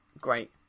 great